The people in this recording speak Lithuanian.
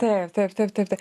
taip taip taip taip taip